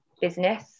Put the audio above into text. business